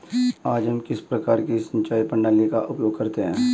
आज हम किस प्रकार की सिंचाई प्रणाली का उपयोग करते हैं?